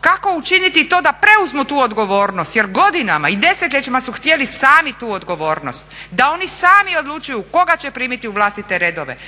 Kako učiniti to da preuzmu tu odgovornost jer godinama i desetljećima su htjeli sami tu odgovornost, da oni sami odlučuju koga će primiti u vlastite redove,